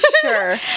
sure